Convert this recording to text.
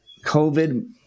COVID